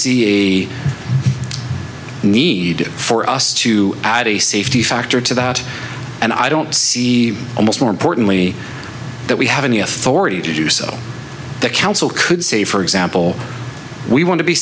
see a need for us to add a safety factor to that and i don't see a much more importantly that we have any authority to do so the council could say for example we want to be